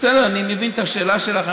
אני מבין את השאלה שלך.